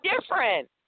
different